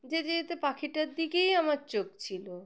যেতে যেতে পাখিটার দিকেই আমার চোখ ছিল